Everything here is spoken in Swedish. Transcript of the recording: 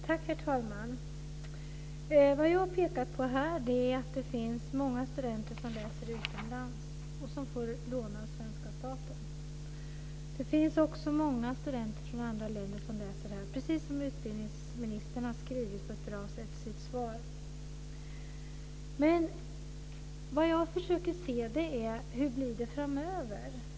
Herr talman! Vad jag pekar på här är att det finns många studenter som läser utomlands och som får låna av svenska staten. Det finns också många studenter från andra länder som läser här, precis som utbildningsministern på ett bra sätt har beskrivit i sitt svar. Men vad jag försöker se är hur det blir framöver.